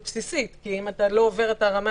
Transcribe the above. בסיסית כי אם אתה לא עובר את הבחינה,